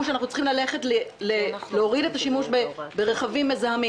שאנחנו צריכים להוריד את השימוש ברכבים מזהמים,